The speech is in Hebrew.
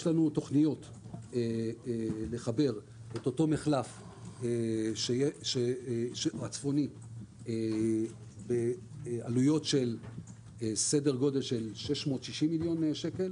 יש לנו תכניות לחבר את המחלף הצפוני בעלויות של כ-660 מיליון שקל